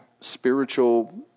spiritual